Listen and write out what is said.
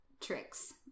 tricks